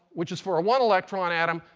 which is for a one electron atom,